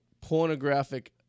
Pornographic